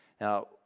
Now